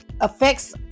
affects